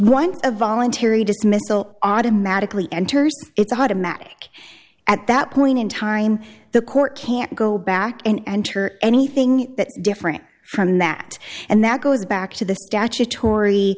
one a voluntary dismissal automatically enters its automatic at that point in time the court can't go back and enter anything that different from that and that goes back to the statutory